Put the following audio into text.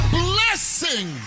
blessing